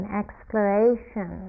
exploration